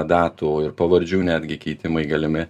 datų ir pavardžių netgi keitimai galimi